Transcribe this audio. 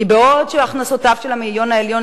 כי בעוד הכנסותיו של המאיון העליון